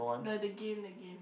the game the game